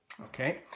Okay